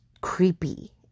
creepy